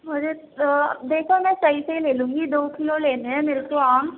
ارے دیکھو میں صحیح صحیح لے لوں گی دو کلو لینے ہیں میرے کو آم